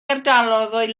ardaloedd